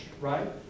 right